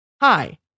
Hi